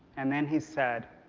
and then he said,